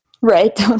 Right